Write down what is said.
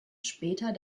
später